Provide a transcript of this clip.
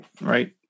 right